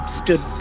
stood